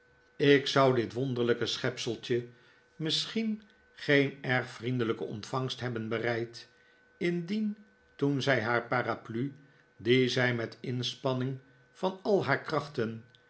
ik zou dit wonderlijke schepselfje misschien geen erg vriendelijke ontvangst hebben bereid indien toen zij haar paraplu die zij met inspanning van al haar krachten